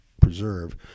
preserve